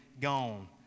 gone